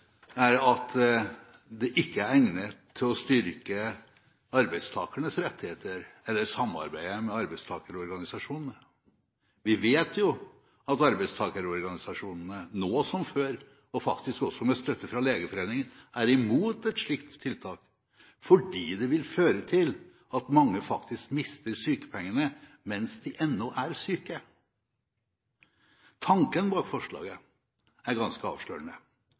at det ikke er egnet til å styrke arbeidstakernes rettigheter eller samarbeidet med arbeidstakerorganisasjonene. Vi vet jo at arbeidstakerorganisasjonene nå som før, og faktisk også med støtte fra Legeforeningen, er imot et slikt tiltak fordi det vil føre til at mange faktisk mister sykepengene mens de ennå er syke. Tanken bak forslaget er ganske avslørende.